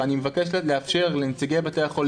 אם זה בתי החולי העצמאיים